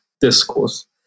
discourse